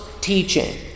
teaching